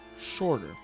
shorter